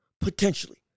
potentially